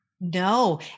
No